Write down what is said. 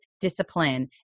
discipline